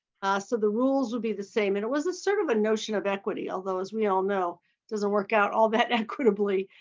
so the rules would be the same. and it was sort of a notion of equity although as we all know it doesn't work out all that equitably